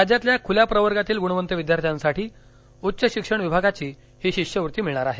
राज्यातील खुल्या प्रवर्गातील ग्रणवंत विद्यार्थ्यांसाठी उच्च शिक्षण विभागाची ही शिष्यवृत्ती मिळणार आहे